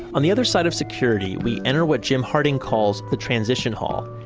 on the other side of security, we enter what jim harding calls the transition hall.